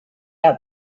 out